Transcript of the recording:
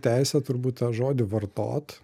teisę turbūt tą žodį vartot